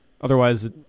Otherwise